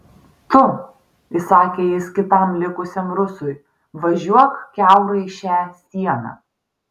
tu įsakė jis kitam likusiam rusui važiuok kiaurai šią sieną